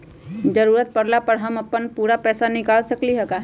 जरूरत परला पर हम अपन पूरा पैसा निकाल सकली ह का?